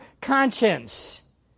conscience